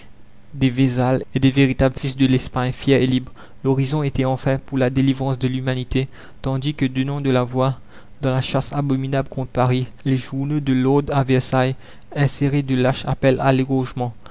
des vesale et des véritables fils de l'espagne fière et libre l'horizon était enfin pour la délivrance de l'humanité tandis que donnant de la voix la commune dans la chasse abominable contre paris les journaux de l'ordre à versailles inséraient de lâches appels à l'égorgement